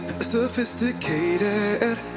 sophisticated